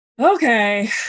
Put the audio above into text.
Okay